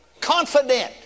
confident